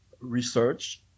research